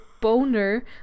boner